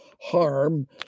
harm